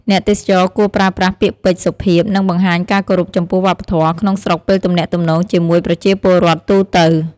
អ្នកទេសចរគួរប្រើប្រាស់ពាក្យពេចន៍សុភាព និងបង្ហាញការគោរពចំពោះវប្បធម៌ក្នុងស្រុកពេលទំនាក់ទំនងជាមួយប្រជាពលរដ្ឋទូទៅ។